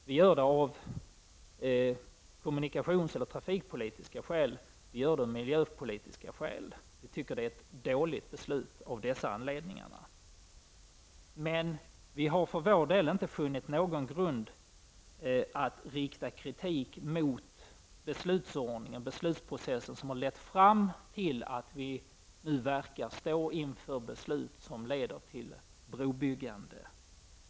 Vi gör det av trafikpolitiska och miljöpolitiska skäl. Vi tycker att det av dessa anledningar är ett dåligt beslut. Men vi har för vår del inte funnit någon grund att rikta kritik mot beslutsordningen, beslutsprocessen, som har lett fram till att vi nu verkar stå inför beslut som leder till ett brobyggande.